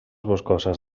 boscoses